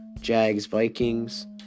Jags-Vikings